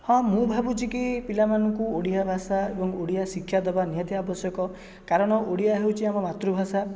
ହଁ ମୁଁ ଭାବୁଛିକି ପିଲାମାନଙ୍କୁ ଓଡ଼ିଆ ଭାଷା ଏବଂ ଓଡ଼ିଆ ଶିକ୍ଷା ଦେବା ନିହାତି ଆବଶ୍ୟକ କାରଣ ଓଡ଼ିଆ ହେଉଛି ଆମ ମାତୃଭାଷା